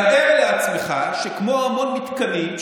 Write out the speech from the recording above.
תאר לעצמך שזה כמו שהמון מתקנים,